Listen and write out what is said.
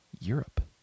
Europe